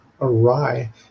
awry